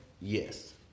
Yes